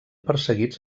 perseguits